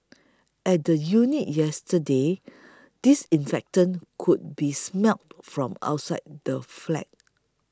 at the unit yesterday disinfectant could be smelt from outside the flat